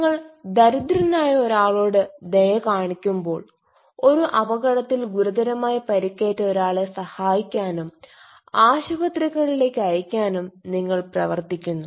നിങ്ങൾ ദരിദ്രനായ ഒരാളോട് ദയ കാണിക്കുമ്പോൾ ഒരു അപകടത്തിൽ ഗുരുതരമായി പരിക്കേറ്റ ഒരാളെ സഹായിക്കാനും ആശുപത്രികളിലേക്ക് അയയ്ക്കാനും നിങ്ങൾ പ്രവർത്തിക്കുന്നു